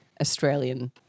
Australian